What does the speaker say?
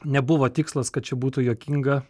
nebuvo tikslas kad ši būtų juokinga